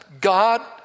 God